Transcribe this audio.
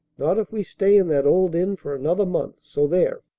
not if we stay in that old inn for another month. so there!